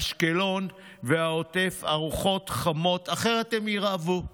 אשקלון והעוטף ארוחות חמות, אחרת הם ירעבו.